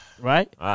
Right